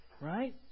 right